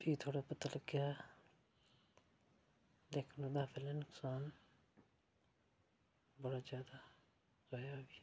फ्ही थोह्ड़ा पता लग्गेआ लेकिन ओह्दा पैह्लें नकसान बड़ा जादा होएआ मिगी